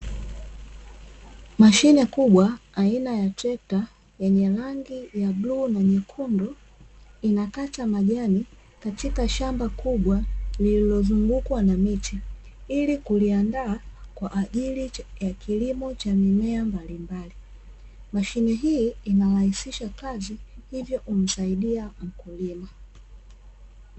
Mashine kubwa aina ya trekta yenye rangi ya bluu na nyekundu inakata majani katika shamba kubwa lililozungukwa na miti. ili kuliandaa kwa ajili ya kilimo cha mimea mbalimbali mashine hii inarahisisha kazi hivyo kumsaidia mkulima.